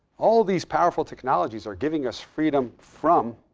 all of these powerful technologies are giving us freedom from